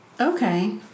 Okay